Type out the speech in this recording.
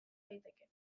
daiteke